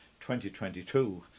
2022